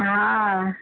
हा